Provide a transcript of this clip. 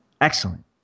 Excellent